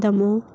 Dammu